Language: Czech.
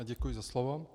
Děkuji za slovo.